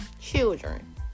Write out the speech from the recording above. children